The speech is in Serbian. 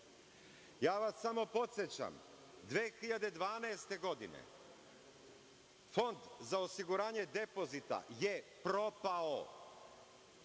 vas podsećam, 2012. godine, Fond za osiguranje depozita je propao,